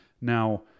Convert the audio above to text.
Now